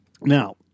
now